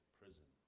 prison